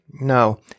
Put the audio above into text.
No